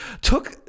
took